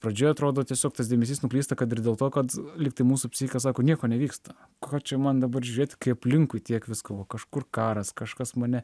pradžioj atrodo tiesiog tas dėmesys nuklysta kad ir dėl to kad liktai mūsų psichas sako nieko nevyksta ką čia man dabar žiūrėt kai aplinkui tiek visko o kažkur karas kažkas mane